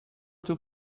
two